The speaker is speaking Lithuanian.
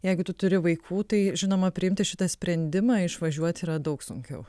jeigu tu turi vaikų tai žinoma priimti šitą sprendimą išvažiuot yra daug sunkiau